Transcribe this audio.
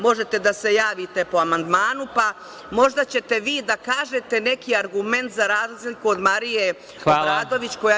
Možete da se javite po amandmanu, pa možda ćete vi da kažete neki argument za razliku od Marije Obradović, koja…